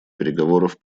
переговоров